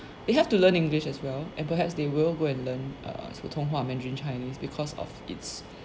you have to learn english as well and perhaps they will go and learn err 普通话 mandarin chinese because of it's